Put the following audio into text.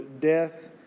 death